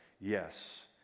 yes